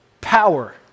power